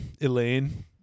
Elaine